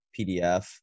PDF